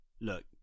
Look